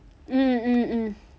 mm mm mm